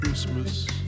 Christmas